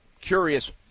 curious